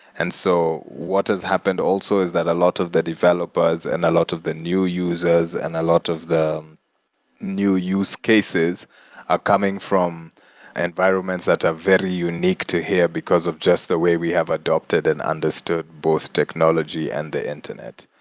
so what has happened also is that a lot of the developers and a lot of the new users and a lot of the new use cases are coming from environments that are very unique to here because of just the way we have adopted and understood both technology and the internet.